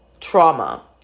trauma